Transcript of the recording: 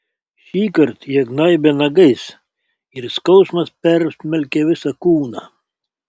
šįkart jie gnaibė nagais ir skausmas persmelkė visą kūną